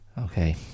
okay